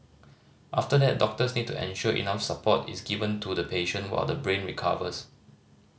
after that doctors need to ensure enough support is given to the patient while the brain recovers